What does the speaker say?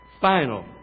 final